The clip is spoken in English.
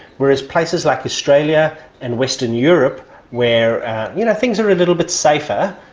whereas places like australia and western europe where you know things are a little bit safer,